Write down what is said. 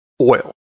oil